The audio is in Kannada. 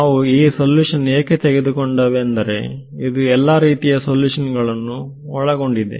ನಾವು ಈ ಸೊಲ್ಯೂಷನ್ ಏಕೆ ತೆಗೆದುಕೊಂಡೆವು ಎಂದರೆ ಇದು ಎಲ್ಲಾ ರೀತಿಯ ಸಲ್ಯೂಷನ್ ಗಳನ್ನು ಒಳಗೊಂಡಿದೆ